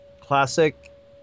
classic